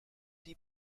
die